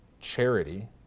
charity